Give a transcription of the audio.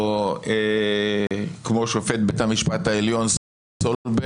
או כמו שופט בית המשפט העליון סולברג,